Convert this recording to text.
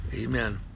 Amen